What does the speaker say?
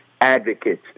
advocates